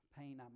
pain